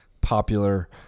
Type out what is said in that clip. popular